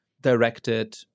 directed